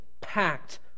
packed